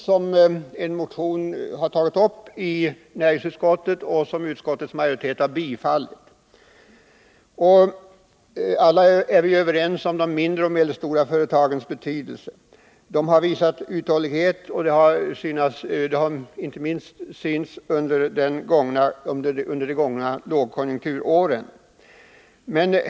Här rör det sig om en motion som näringsutskottet har behandlat och tillstyrkt. Alla är vi överens om de mindre och medelstora företagens betydelse. De har visat uthållighet, inte minst under de gångna lågkonjunkturåren.